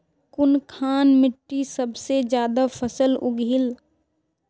कुनखान मिट्टी सबसे ज्यादा फसल उगहिल?